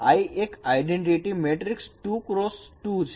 I એક identity matrix 2 x 2 છે